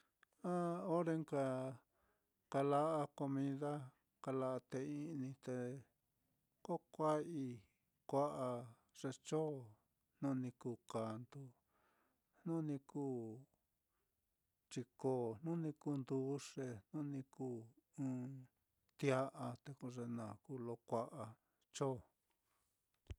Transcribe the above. Ah ore nka kala'a comida, kala'a té i'ni te ko kua'ai kua'a ye cho, jnu ni kuu kandu, jnu ni kuu chiko. jnu ni kuu nduxe, jnu ni kuu ɨ́ɨ́n tia'a, te ko ye naá kuu lo kua'a cho.